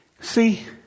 See